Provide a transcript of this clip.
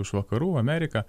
iš vakarų amerika